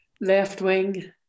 left-wing